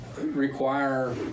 require